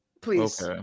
Please